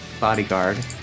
bodyguard